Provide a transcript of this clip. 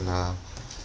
uh